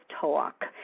talk